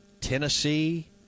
Tennessee